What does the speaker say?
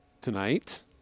tonight